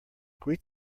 greet